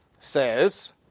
says